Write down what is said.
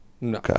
No